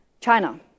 China